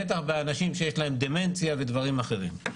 בטח עבור אנשים שיש להם דמנציה ודברים אחרים.